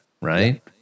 right